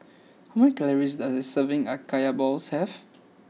how many calories does a serving of Kaya Balls have